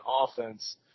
offense